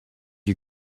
you